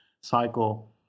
cycle